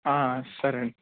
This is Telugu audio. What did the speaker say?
అ సరే అండి